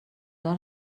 دار